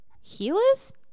Healers